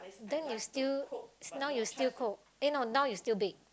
then you still now you still cook eh no now you still bake